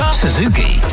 suzuki